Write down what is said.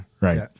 right